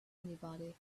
anybody